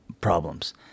problems